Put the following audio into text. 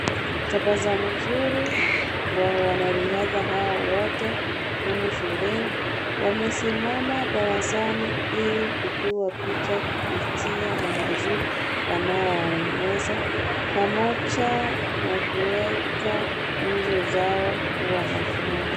Tabasamu nzuri kwa wanariadha hao wote humu shuleni wamesimama darasani ili kupigwa picha kupitia mazuri wanaoeneza pamoja na kuweka uso zao kuwa na furaha.